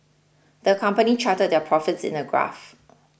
the company charted their profits in a graph